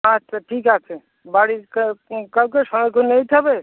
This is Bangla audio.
আচ্ছা ঠিক আছে বাড়ির কাউকে সঙ্গে করে নিয়ে যেতে হবে